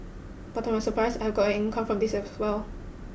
but to my surprise I got an income from this as well